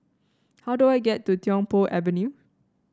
how do I get to Tiong Poh Avenue